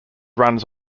runs